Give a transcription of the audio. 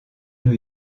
new